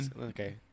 okay